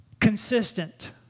Consistent